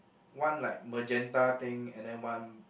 one like magenta thing and then one